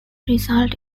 results